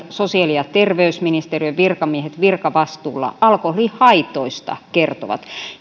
sosiaali ja terveysministeriön virkamiehet virkavastuulla alkoholihaitoista kertovat